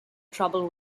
trouble